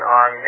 on